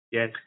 Yes